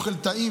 אוכל טעים,